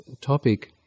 topic